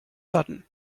sudden